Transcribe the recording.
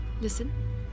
Listen